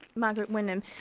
margaret wenham,